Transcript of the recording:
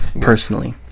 personally